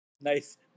nice